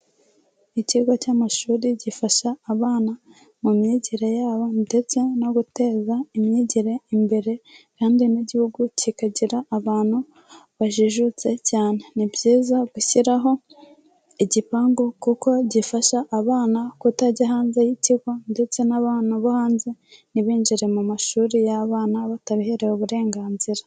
Ikigo cy'amashuri gifasha abana mu myigire yabo ndetse no guteza imyigire imbere kandi n'igihugu kikagira abantu bajijutse cyane, ni byiza gushyiraho igipangu kuko gifasha abana kutajya hanze y'ikigo ndetse n'abana bo hanze ntibinjire mu mashuri y'abana batabiherewe uburenganzira.